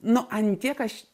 nu ant tiek aš